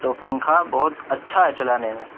تو پنکھا بہت اچھا ہے چلانے میں